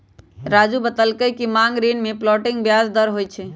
राज़ू बतलकई कि मांग ऋण में फ्लोटिंग ब्याज दर होई छई